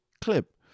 clip